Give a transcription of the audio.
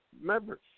members